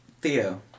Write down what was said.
Theo